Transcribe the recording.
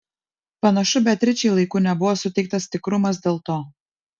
panašu beatričei laiku nebuvo suteiktas tikrumas dėl to